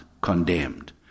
condemned